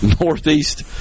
Northeast